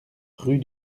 rue